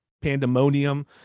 pandemonium